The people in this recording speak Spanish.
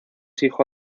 hijo